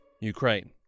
Ukraine